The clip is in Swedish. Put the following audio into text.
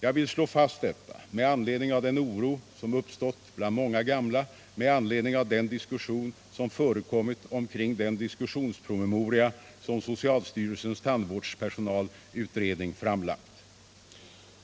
Jag vill slå fast detta med anledning av den oro som uppstått bland många gamla med anledning av den diskussion som förekommit omkring den diskussionspromemoria som socialstyrelsens tandvårdspersonalutredning framlagt.